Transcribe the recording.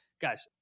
Guys